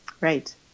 Right